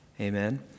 amen